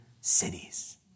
Cities